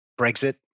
Brexit